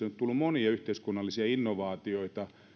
tullut monia yhteiskunnallisia innovaatioita